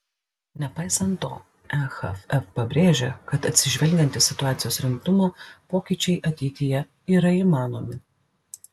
nepaisant to ehf pabrėžė kad atsižvelgiant į situacijos rimtumą pokyčiai ateityje yra įmanomi